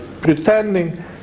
pretending